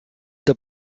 the